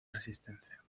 resistencia